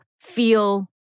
feel